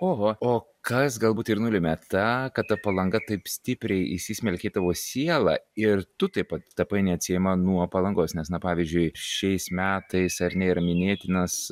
oho o kas galbūt ir nulėmė tą kad ta palanga taip stipriai įsismelkė į tavo sielą ir tu taip pat tapai neatsiejama nuo palangos nes na pavyzdžiui šiais metais ar ne yra minėtinas